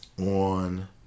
On